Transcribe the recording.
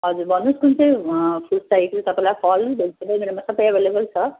हजुर भन्नुहोस कुन चाहिँ फ्रुट्स चाहिएको थियो तपाईँलाई फल जुनसुकै मेरोमा सबै एभाइलेबल छ